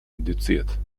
induziert